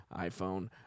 iPhone